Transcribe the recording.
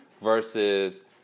Versus